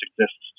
exists